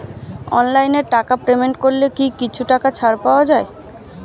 অনলাইনে টাকা পেমেন্ট করলে কি কিছু টাকা ছাড় পাওয়া যায়?